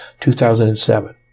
2007